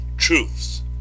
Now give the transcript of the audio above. truths